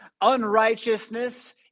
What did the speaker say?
unrighteousness